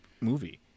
movie